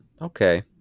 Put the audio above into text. okay